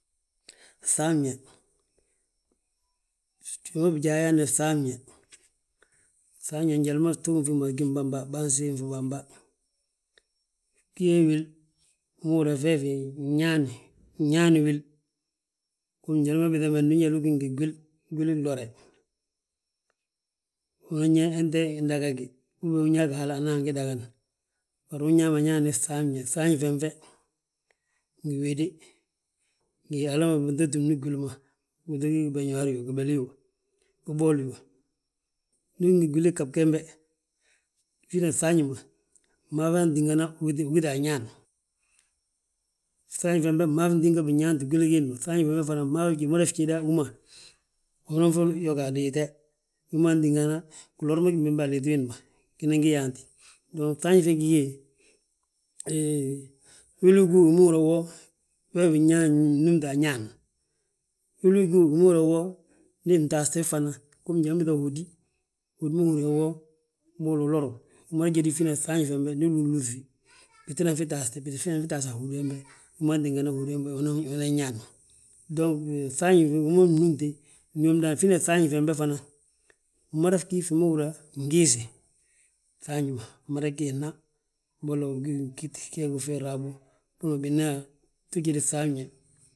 Fŧafñe, fi ma bijaa ma yaani fŧafñe, fŧafñe njali ma fuugin fi ma gimbamba, baa siim fi bamba. Fgiye wili fi ma húrin yaa fee fi nñaani, nñaani wil, húri njali ma ubiita be ndu ugí ngi gwil, gwili glore. Unan yaa yeteyi indagagi, uben unñaagi hal anan gi dagadana. Bari unñaama ñaani fŧafñe, fŧafñi fembe ngi wéde, ngi hala ma binto túmni gwili ma. Wi to gí gibeñuwar yoo, gibeli yoo, gibooli yoo. Ndu ugí ngi gwili ghab gembe, fina fŧafñi ma, fmaa fa tínga agita añaan. Fŧafñe fembe fmaa fi ntíga binyaanti gwili giindi ma, fŧafñi fembe fana umada fjeda, hú ma unan fi yogi a liite. Wi ma tígana gilor ma gimbe a liiti wiindi ma winan gi yaanti. Dong fŧafñe fe gí yee, hee wilo ugíw wi ma húri yaa wo we biñaŋ nnúmta añaaŋ Wilu ugíw wi ma húri yaa wo, ndi fntaste fana, njali ma biiŧa hódi, hódi ma húri yaa ho, mbolo uloru. Umada jedi finan fŧafñe fembe ndi bilúluuŧi bittinan fi taaste, bittinan fi taasi a hódi wembe, wi man tíngani hódi wembe winan nñaan. Dong fŧafñi fe wi ma win númte, uñób ndaani, fina fŧafñe fembe fana, fma fgí fi ma húra fgiisi, fŧafñi ma fmada giisna. Mbolo ugí ngi ggít gee gu ufiiri habo, bolo binan yaa to jodi fŧafñe.